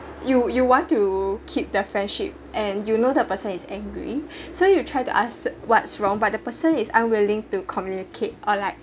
you you want to keep their friendship and you know the person is angry so you try to ask what's wrong but the person is unwilling to communicate or like